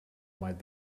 might